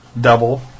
double